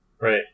Right